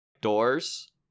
doors